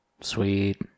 Sweet